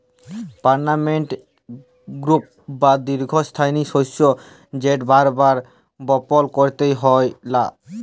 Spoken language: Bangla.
পার্মালেল্ট ক্রপ বা দীঘ্ঘস্থায়ী শস্য যেট বার বার বপল ক্যইরতে হ্যয় লা